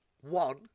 one